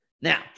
Now